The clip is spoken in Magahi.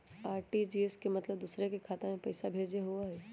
आर.टी.जी.एस के मतलब दूसरे के खाता में पईसा भेजे होअ हई?